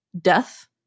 death